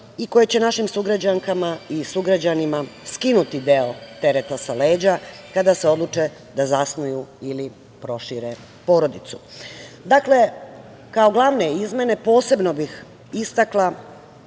i koje će našim sugrađankama i sugrađanima skinuti deo tereta sa leđa kada se odluče da zasnuju ili prošire porodicu. Dakle, kao glavne izmene posebno bih istakla